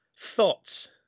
thoughts